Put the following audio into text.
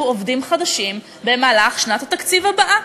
עובדים חדשים במהלך שנת התקציב הבאה.